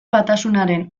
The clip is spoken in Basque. batasunaren